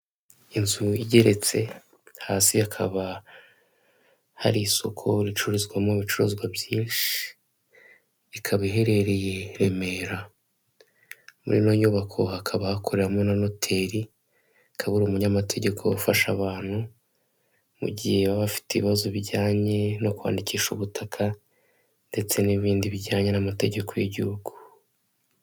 Inzu igeretse hasi hakaba hari isoko ricuruzwamo ibicuruzwa byinshi, ikaba iherereye i Remera muriyo nyubako hakaba hakoreramo na noteri akaba ari umunyamategeko ufasha abantu mu gihe baba bafite ibibazo bijyanye no kwandikisha ubutaka ndetse n'ibindi bijyanye n'amategeko y'igihugu.